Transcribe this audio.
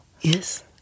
Yes